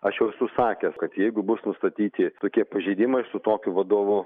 aš jau esu sakęs kad jeigu bus nustatyti tokie pažeidimai aš su tokiu vadovu